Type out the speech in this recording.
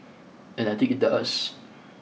and I think it does